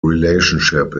relationship